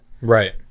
Right